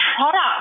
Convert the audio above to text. Product